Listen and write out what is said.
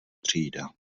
třída